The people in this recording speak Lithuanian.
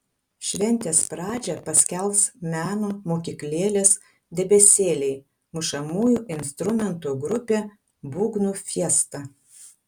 šventės pradžią paskelbs menų mokyklėlės debesėliai mušamųjų instrumentų grupė būgnų fiesta